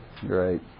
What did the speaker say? great